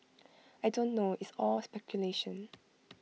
I don't know it's all speculation